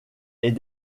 est